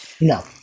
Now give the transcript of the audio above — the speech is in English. No